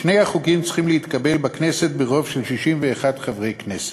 שני החוקים צריכים להתקבל בכנסת ברוב של 61 חברי הכנסת.